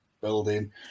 building